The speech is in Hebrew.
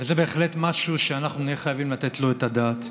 וזה בהחלט משהו שאנחנו נהיה חייבים לתת עליו את הדעת.